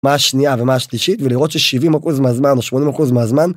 מה השנייה ומה השלישית ולראות ש70% מהזמן או 80% מהזמן.